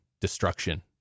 destruction